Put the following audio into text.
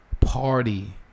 party